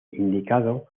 indicado